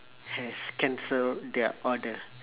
has cancelled their order